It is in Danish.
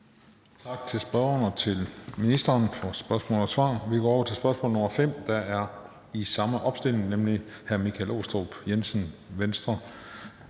Tak til spørgeren og til ministeren for spørgsmål og svar. Vi går over til spørgsmål nr. 5, der er med samme opstilling, det er nemlig hr. Michael Aastrup Jensen, Venstre,